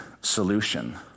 solution